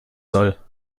soll